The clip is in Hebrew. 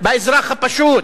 באזרח הפשוט.